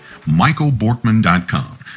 michaelborkman.com